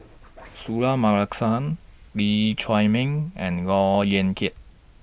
Suratman Markasan Lee Chiaw Meng and Look Yan Kit